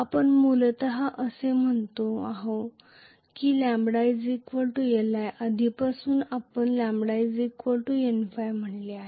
आपण मूलत असे म्हणतो आहोत की λ Li आधीपासून आपण λ Nϕ म्हटले आहे